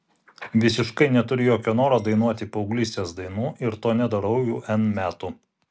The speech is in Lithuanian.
visiškai neturiu jokio noro dainuoti paauglystės dainų ir to nedarau jau n metų